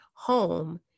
home